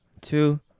two